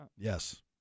Yes